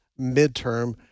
midterm